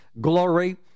glory